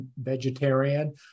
vegetarian